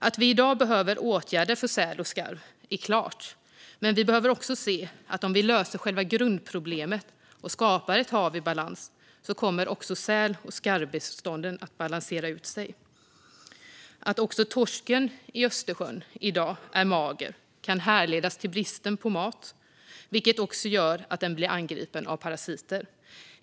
Att vi i dag behöver åtgärder för säl och skarv är klart, men vi behöver också se att om vi löser själva grundproblemet och skapar ett hav i balans kommer också säl och skarvbestånden att balansera ut sig. Att också torsken i Östersjön i dag är mager kan härledas till bristen på mat, vilket gör att den blir angripen av parasiter.